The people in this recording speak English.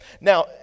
Now